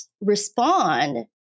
respond